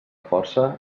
força